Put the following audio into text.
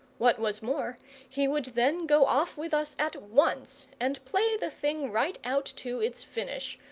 what was more he would then go off with us at once and play the thing right out to its finish,